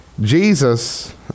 Jesus